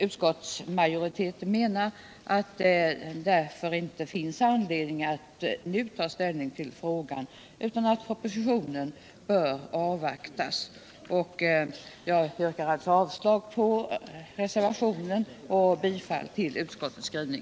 Utskottsmajoriteten menar att det därför inte finns anledning att ta ställning till frågan, utan att propositionen bör avvaktas. Jag yrkar avslag på reservationen och bifall till utskottets hemställan.